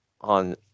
on